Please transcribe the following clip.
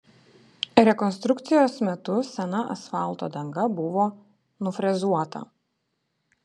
rekonstrukcijos metu sena asfalto danga buvo nufrezuota